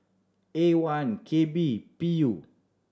A one K B B